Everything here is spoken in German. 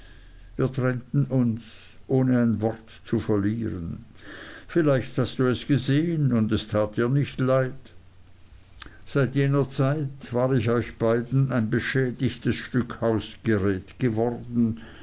wir trennten uns ohne ein wort zu verlieren vielleicht hast du es gesehen und es tat dir nicht leid seit jener zeit war ich euch beiden ein beschädigtes stück hausgerät geworden